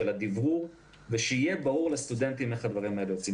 של הדברור ושיהיה ברור לסטודנטים איך הדברים האלה נעשים.